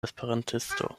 esperantisto